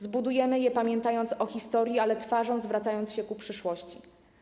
Zbudujemy je, pamiętając o historii, ale twarzą zwracając się ku przyszłości.